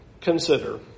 consider